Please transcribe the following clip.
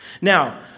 Now